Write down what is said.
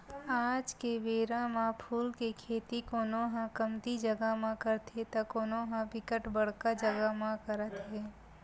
आज के बेरा म फूल के खेती कोनो ह कमती जगा म करथे त कोनो ह बिकट बड़का जगा म करत हे